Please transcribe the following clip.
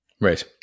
Right